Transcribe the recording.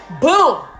boom